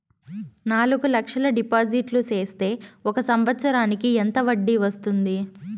నాలుగు లక్షల డిపాజిట్లు సేస్తే ఒక సంవత్సరానికి ఎంత వడ్డీ వస్తుంది?